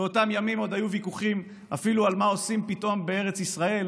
באותם ימים עוד היו ויכוחים אפילו על מה עושים פתאום בארץ ישראל